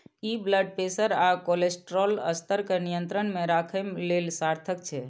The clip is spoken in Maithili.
ई ब्लड प्रेशर आ कोलेस्ट्रॉल स्तर कें नियंत्रण मे राखै लेल सार्थक छै